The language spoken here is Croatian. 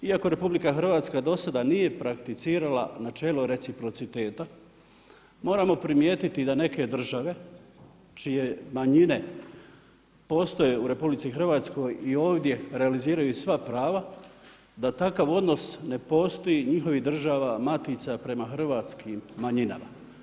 Iako RH do sada nije prakticirala načelo reciprociteta, moramo primijetiti da neke države čije manjine postoje u RH i ovdje realiziraju sva prava, da takav odnos ne postoji njihovih država matica prema hrvatskim manjinama.